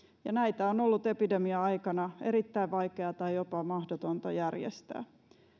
ja näitä on ollut epidemia aikana erittäin vaikeaa tai jopa mahdotonta järjestää